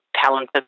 talented